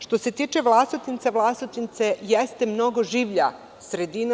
Što se tiče Vlasotinca, Vlasotince jeste mnogo življa sredina.